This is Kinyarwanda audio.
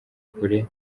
kure